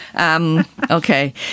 Okay